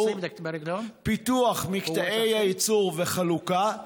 פיתוח מקטעי הייצור והחלוקה,